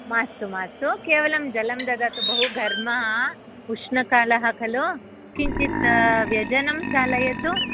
मास्तु मास्तु केवलं जलं ददातु बहु घर्मः उष्णकालः खलु किञ्चित् व्यजनं चालयतु